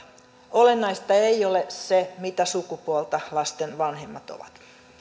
olennaista ei ole se mitä sukupuolta lasten vanhemmat ovat